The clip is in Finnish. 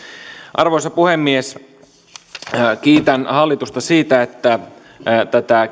arvoisa puhemies kiitän hallitusta siitä että tätä